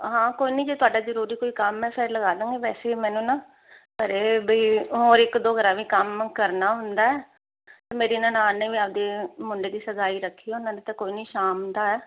ਹਾਂ ਕੋਈ ਨਹੀਂ ਜੇ ਤੁਹਾਡਾ ਜਰੂਰੀ ਕੋਈ ਕੰਮ ਹੈ ਫਿਰ ਲਗਾ ਦਾਂਗੇ ਵੈਸੇ ਮੈਨੂੰ ਨਾ ਘਰੇ ਬਈ ਹੋਰ ਇੱਕ ਦੋ ਘਰਾਂ ਵੀ ਕੰਮ ਕਰਨਾ ਹੁੰਦਾ ਮੇਰੀ ਨਾ ਨਾਨਣ ਨੇ ਵੀ ਆਪਦੇ ਮੁੰਡੇ ਦੀ ਸਗਾਈ ਰੱਖੀ ਉਹਨਾਂ ਨੇ ਤਾਂ ਕੋਈ ਨਹੀਂ ਸ਼ਾਮ ਦਾ